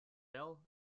male